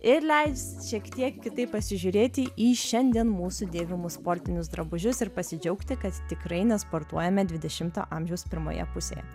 ir leis šiek tiek kitaip pasižiūrėti į šiandien mūsų dėvimų sportinius drabužius ir pasidžiaugti kad tikrai nesportuojame dvidešimo amžiaus pirmoje pusėje